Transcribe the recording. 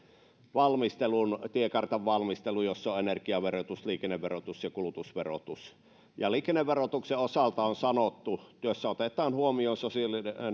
valmistelun verotiekartan valmistelun jossa on energiaverotus liikenneverotus ja kulutusverotus liikenneverotuksen osalta on sanottu että työssä otetaan huomioon sosiaalinen